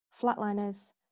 flatliners